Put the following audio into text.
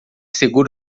segura